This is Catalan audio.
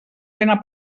ben